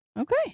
Okay